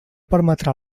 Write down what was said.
permetrà